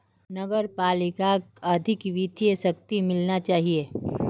नगर पालिकाक अधिक वित्तीय शक्ति मिलना चाहिए